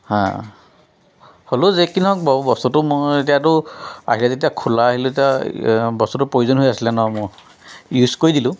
হা হ'লেও যি কি নহওক বাৰু বস্তুটো মই এতিয়াতো আহিলে যেতিয়া খোলা আহিলে যেতিয়া বস্তুটো প্ৰয়োজন হৈ আছিলে ন মোৰ ইউজ কৰি দিলোঁ